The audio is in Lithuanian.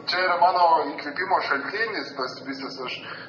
čia yra mano įkvėpimo šaltinis tas visas aš